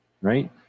right